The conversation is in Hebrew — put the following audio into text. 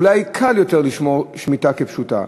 אולי קל יותר לשמור שמיטה כפשוטה.